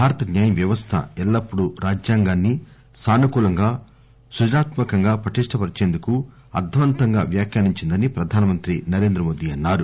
భారత న్యాయ వ్యవస్థ ఎల్లప్పుడు రాజ్యాంగాన్ని సానుకూలంగా సృజనాత్మకంగా పటిష్టపర్చేందుకు అర్ధవంతంగా వ్యాఖ్యానించిందని ప్రధానమంత్రి నరేంద్రమోదీ అన్నారు